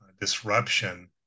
disruption